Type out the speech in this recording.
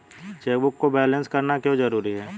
Chequebook को balance करना क्यों जरूरी है?